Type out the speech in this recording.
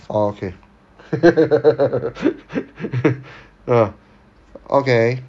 okay mm okay